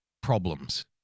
problems